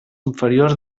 inferior